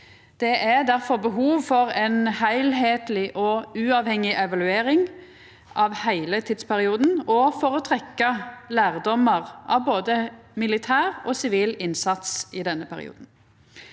Det er difor behov for ei heilskapleg og uavhengig evaluering av heile tidsperioden, òg for å trekkja lærdomar av både militær og sivil innsats i denne perioden.